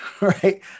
right